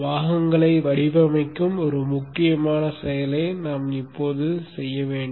பாகங்களை வடிவமைக்கும் ஒரு முக்கியமான செயலை நாம் இப்போது செய்ய வேண்டும்